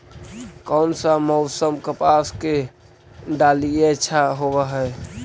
कोन सा मोसम कपास के डालीय अच्छा होबहय?